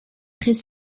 très